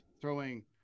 throwing